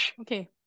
Okay